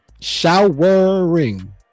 Showering